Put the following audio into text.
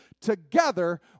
Together